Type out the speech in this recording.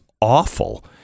awful